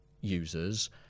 users